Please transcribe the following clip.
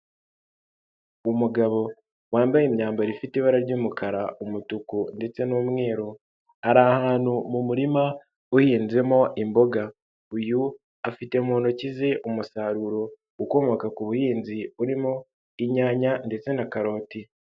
Umugabo wambaye imyambaro ifite ibara ry'umukara, umutuku ndetse n'umweru, ari ahantu mu murima uhinzemo imboga, uyu afite mu ntoki ze umusaruro ukomoka ku buhinzi urimo inyanya ndetse na karoti.